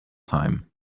time